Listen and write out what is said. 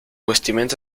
vestimenta